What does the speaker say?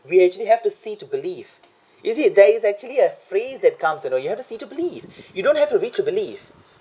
we actually have to see to believe you see there is actually a phrase that comes you know you have to see to believe you don't have to read to believe